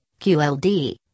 QLD